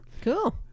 cool